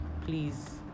please